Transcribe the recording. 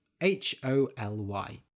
H-O-L-Y